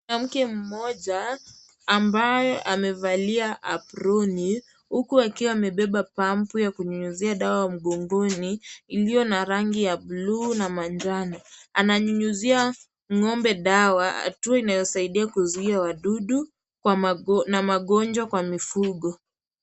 Mwanamke mmoja ambaye amevalia aproni, huku akiwa amebeba pampu ya kunyunyuzia dawa mgongoni iliyona rangi ya bluu na manjano. Ananyunyuzia ngo'mbe dawa tu inayozuia wadudu na magojwa kwa mifugo.